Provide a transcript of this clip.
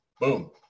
Boom